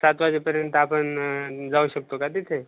सात वाजेपर्यंत आपण जाऊ शकतो का तिथे